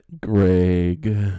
Greg